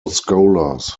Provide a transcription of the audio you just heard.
scholars